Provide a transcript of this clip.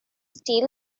still